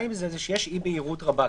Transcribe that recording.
יש אי-בהירות רבה.